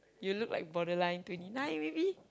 you look like borderline twenty nine maybe